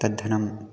तद्धनम्